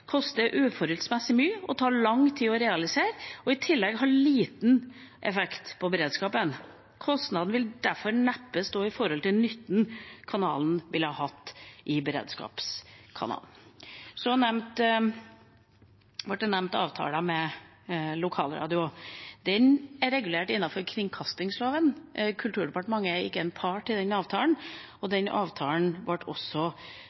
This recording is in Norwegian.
uforholdsmessig mye og ta lang tid å realisere, og i tillegg ha liten effekt på beredskapen. Kostnaden vil derfor neppe stå i forhold til nytten kanalen ville ha hatt som beredskapskanal. Så ble avtalen med lokalradio nevnt. Den er regulert innenfor kringkastingsloven, og Kulturdepartementet er ikke en part i den avtalen. Den avtalen ble også